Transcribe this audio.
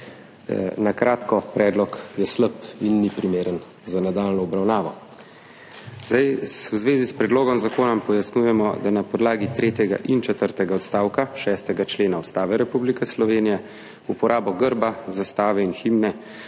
Na kratko, predlog je slab in ni primeren za nadaljnjo obravnavo. V zvezi s predlogom zakona pojasnjujemo, da na podlagi tretjega in četrtega odstavka 6. člena Ustave Republike Slovenije uporabo grba, zastave in himne